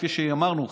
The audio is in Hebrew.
כפי שאמרנו,